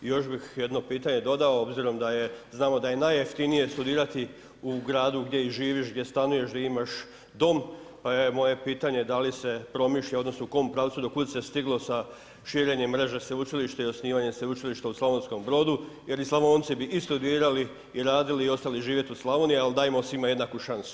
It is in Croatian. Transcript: I još bih jedno pitanje dodao obzirom da je, znamo da je najjeftinije studirati u gradu gdje i živiš, gdje stanuješ, gdje imaš dom pa je moje pitanje da li se promišlja, odnosno u kojem pravcu, do kud se stiglo sa širenjem mreže sveučilišta i osnivanjem sveučilišta u SB-u jer i Slavonci bi i studirali i radili i ostali živjet u Slavoniji, ali dajmo svima jednaku šansu.